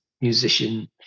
musician